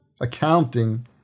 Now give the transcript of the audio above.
accounting